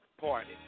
Party